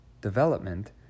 development